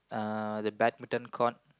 uh the badminton court